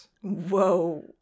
Whoa